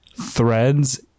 threads